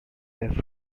left